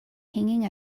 hanging